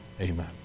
Amen